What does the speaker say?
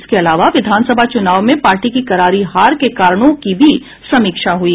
इसके अलावा विधानसभा चुनाव में पार्टी की करारी हार के कारणों की भी समीक्षा हुई